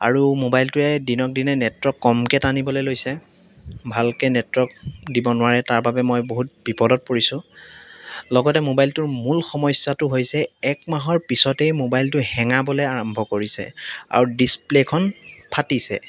আৰু মোবাইলটোৱে দিনক দিনে নেটৱৰ্ক কমকৈ টানিবলৈ লৈছে ভালকৈ নেটৱৰ্ক দিব নোৱাৰে তাৰ বাবে মই বহুত বিপদত পৰিছোঁ লগতে মোবাইলটোৰ মূল সমস্যাটো হৈছে এক মাহৰ পিছতেই মোবাইলটোৱে হেঙাবলৈ আৰম্ভ কৰিছে আৰু ডিছপ্লেখন ফাটিছে